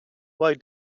why